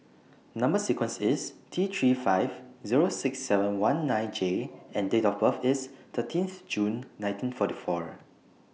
Number sequence IS T three five Zero six seven one nine J and Date of birth IS thirteenth June nineteen forty four